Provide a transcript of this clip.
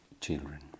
children